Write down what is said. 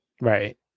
Right